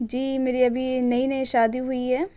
جی میری ابھی نئی نئی شادی ہوئی ہے